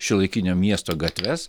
šiuolaikinio miesto gatves